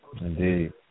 Indeed